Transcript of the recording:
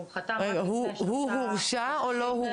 הוא הורשע או לא?